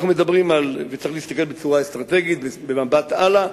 צריך להסתכל בצורה אסטרטגית, במבט הלאה,